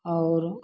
और